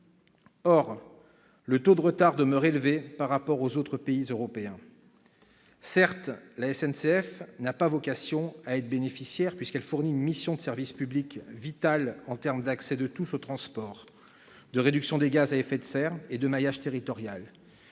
Or le taux de retard demeure élevé par rapport aux autres pays européens. Certes, la SNCF n'a pas vocation à être bénéficiaire, puisqu'elle remplit une mission de service public vitale pour l'accès de tous aux transports, la réduction des gaz à effet de serre et le maillage territorial.